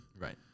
Right